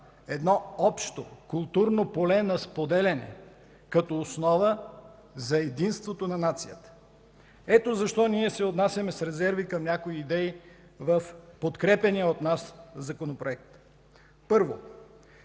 едно общо културно поле на споделяне като основа за единството на нацията. Ето защо ние се отнасяме с резерви към някои идеи в подкрепяния от нас законопроект. Първо,